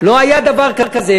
לא היה דבר כזה.